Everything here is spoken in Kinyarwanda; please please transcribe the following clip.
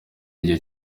igihe